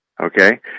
okay